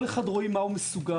כל אחד רואים מה הוא מסוגל,